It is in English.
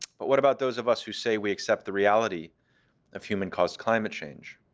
but what about those of us who say we accept the reality of human caused climate change?